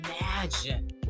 imagine